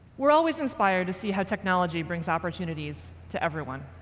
we're always inspired to see how technology brings opportunities to everyone.